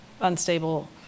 unstable